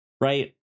right